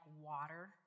water